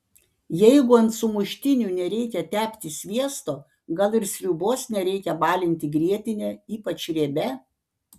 jeigu ant sumuštinių nereikia tepti sviesto gal ir sriubos nereikia balinti grietine ypač riebia